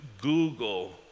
Google